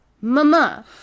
mama